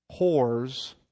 whores